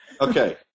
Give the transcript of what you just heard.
Okay